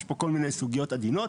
יש פה כל מיני סוגיות עדינות.